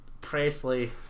Presley